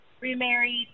remarried